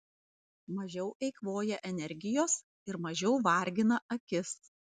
mažiau eikvoja energijos ir mažiau vargina akis